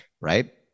right